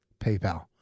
PayPal